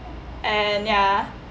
and ya